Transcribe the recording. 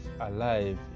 alive